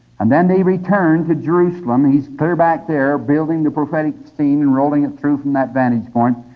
and then they return to jerusalem. he is clear back there building the prophetic theme and rolling it through from that vantage point.